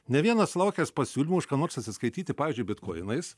ne vienas sulaukęs pasiūlymo už ką nors atsiskaityti pavyzdžiui bitkoinais